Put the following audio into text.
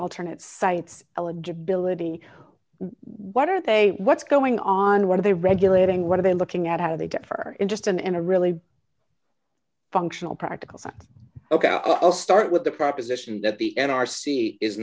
alternate sites eligibility what are they what's going on what are they regulating what are they looking at how they differ in just an in a really functional practical side ok i'll start with the proposition that the n r c is